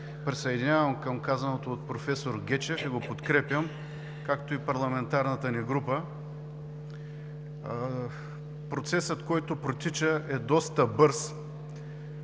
присъединявам към казаното от професор Гечев и го подкрепям, както и парламентарната ни група. Процесът, който протича, е доста бърз.